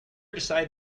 decided